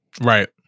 Right